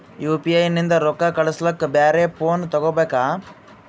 UPI ನಿಂದ ರೊಕ್ಕ ಕಳಸ್ಲಕ ಬ್ಯಾರೆ ಫೋನ ತೋಗೊಬೇಕ?